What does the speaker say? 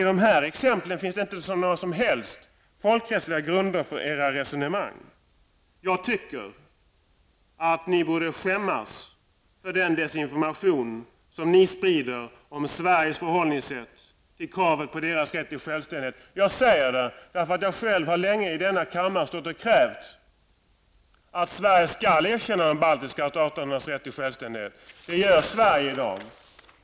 I dessa exempel finns det inte några som helst folkrättsliga grunder för era resonemang. Jag anser att ni borde skämmas för den desinformation som ni sprider om Sveriges förhållningssätt till de baltiska staternas krav på självständighet. Jag säger detta eftersom jag själv under lång tid i denna kammare krävt att Sverige skall erkänna de baltiska staternas rätt till självständighet, och det gör Sverige i dag.